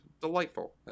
delightful